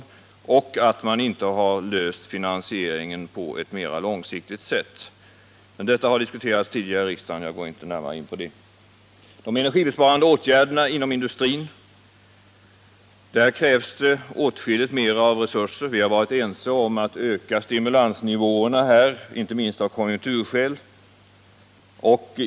Dessutom har man inte löst finansieringsproblemet på ett mera långsiktigt sätt. — Men detta har diskuterats tidigare i riksdagen, och jag går inte närmare in på det nu. Där krävs det åtskilligt mer av resurser. Vi har varit ense om att öka stimulansnivåerna, också av konjunkturskäl.